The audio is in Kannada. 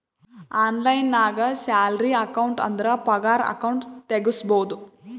ಆನ್ಲೈನ್ ನಾಗ್ ಸ್ಯಾಲರಿ ಅಕೌಂಟ್ ಅಂದುರ್ ಪಗಾರ ಅಕೌಂಟ್ ತೆಗುಸ್ಬೋದು